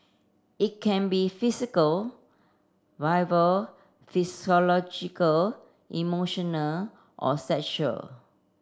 it can be physical verbal psychological emotional or sexual